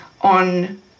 on